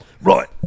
Right